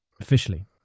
Officially